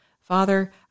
Father